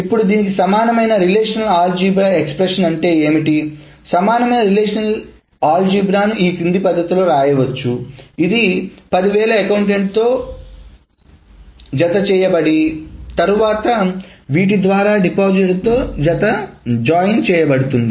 ఇప్పుడు దీనికి సమానమైన రిలేషనల్ ఆల్జీబ్రా ఎక్స్ప్రెషన్ అంటే ఏమిటి సమానమైన రిలేషనల్ ఆల్జీబ్రాను ఈ క్రింది పద్ధతిలో వ్రాయవచ్చు ఇది 10000 అకౌంట్తో జతచేయబడి తర్వాత వీటి ద్వారా డిపాజిటర్తో జాయిన్ చేయబడుతుంది